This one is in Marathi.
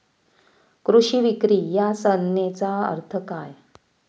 कृषी विक्री या संज्ञेचा अर्थ काय?